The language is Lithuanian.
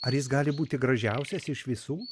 ar jis gali būti gražiausias iš visų